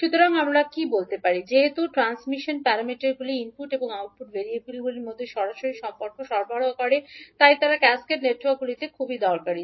সুতরাং আমরা কী বলতে পারি যেহেতু ট্রান্সমিশন প্যারামিটারগুলি ইনপুট এবং আউটপুট ভেরিয়েবলগুলির মধ্যে সরাসরি সম্পর্ক সরবরাহ করে তাই তারা ক্যাসকেড নেটওয়ার্কগুলিতে খুব দরকারী